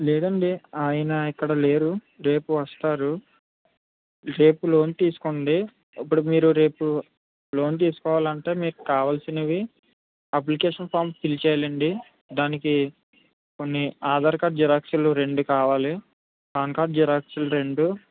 లేదు అండి అయన ఇక్కడ లేరు రేపు వస్తారు రేపు లోన్ తీసుకోండి ఇప్పుడు మీరు రేపు లోన్ తీసుకోవాలంటే మీకు కావాల్సినవి అపిలికేషన్ ఫామ్ ఫిల్ చెయ్యాలండి దానికి కొన్ని ఆధార్ కార్డు జిరాక్స్లు రెండు కావాలి పాన్ కార్డ్ జిరాక్స్లు రెండు